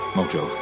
Mojo